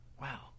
Wow